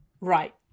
right